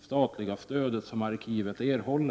statliga stöd som arkivet erhåller.